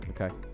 Okay